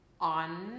on